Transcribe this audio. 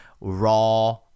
raw